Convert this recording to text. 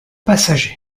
passagers